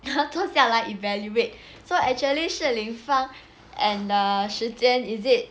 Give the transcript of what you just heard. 坐下来 evaluate so actually Shi Li Fang and uh Shi Jian is it